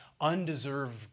undeserved